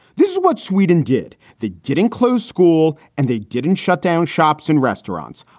this is what sweden did. they did include school and they didn't shut down shops and restaurants.